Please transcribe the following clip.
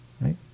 Right